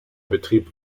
betrieb